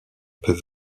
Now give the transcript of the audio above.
peut